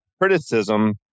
criticism